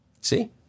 See